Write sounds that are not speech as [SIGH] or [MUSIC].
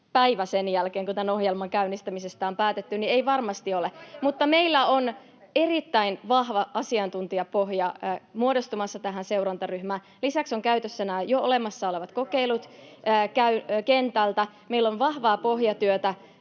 päivä sen jälkeen, kun tämän ohjelman käynnistämisestä on päätetty, niin ei varmasti ole. [NOISE] Mutta meillä on erittäin vahva asiantuntijapohja muodostumassa tähän seurantaryhmään. Lisäksi ovat käytössä nämä jo olemassa olevat kokeilut kentältä. Meillä on vahvaa pohjatyötä